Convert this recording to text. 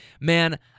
man